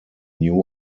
new